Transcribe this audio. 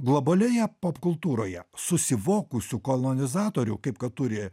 globalioje popkultūroje susivokusių kolonizatorių kaip kad turi